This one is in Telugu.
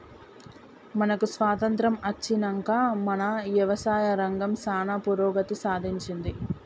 మనకు స్వాతంత్య్రం అచ్చినంక మన యవసాయ రంగం సానా పురోగతి సాధించింది